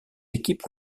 équipes